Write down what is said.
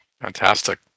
Fantastic